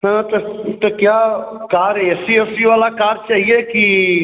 हाँ तो तो क्या कार ए सी ओसी वाला कार चाहिए कि